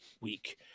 week